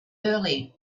early